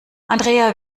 andrea